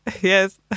yes